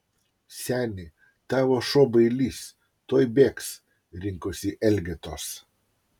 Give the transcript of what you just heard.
seni tavo šuo bailys tuoj bėgs rinkosi elgetos